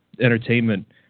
entertainment